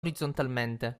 orizzontalmente